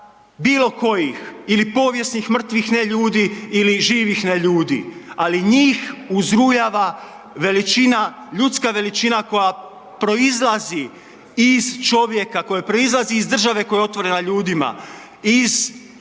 bilokojih ili povijesnih mrtvih neljudi ili živih neljudi ali njih uzrujava veličina, ljudska koja proizlazi iz države koja je otvorena ljudima, iz